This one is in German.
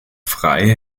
frey